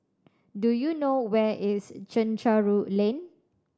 do you know where is Chencharu Lane